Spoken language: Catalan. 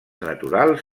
naturals